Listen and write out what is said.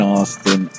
Austin